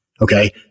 Okay